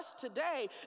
today